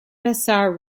besar